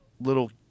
little